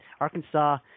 Arkansas